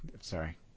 Sorry